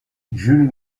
jules